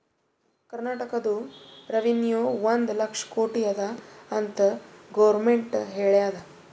ಕರ್ನಾಟಕದು ರೆವೆನ್ಯೂ ಒಂದ್ ಲಕ್ಷ ಕೋಟಿ ಅದ ಅಂತ್ ಗೊರ್ಮೆಂಟ್ ಹೇಳ್ಯಾದ್